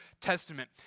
Testament